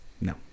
No